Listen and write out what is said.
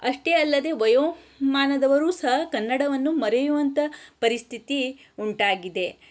ಅಷ್ಟೇ ಅಲ್ಲದೇ ವಯೋಮಾನದವರು ಸಹ ಕನ್ನಡವನ್ನು ಮರೆಯುವಂಥ ಪರಿಸ್ಥಿತಿ ಉಂಟಾಗಿದೆ